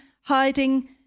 hiding